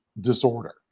disorder